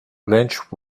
lynch